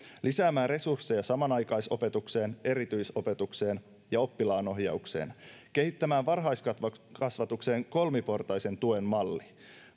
lisäämään resursseja samanaikaisopetukseen erityisopetukseen ja oppilaanohjaukseen kehittämään varhaiskasvatukseen kolmiportaisen tuen malli